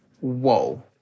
whoa